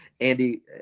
Andy